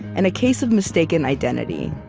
and a case of mistaken identity.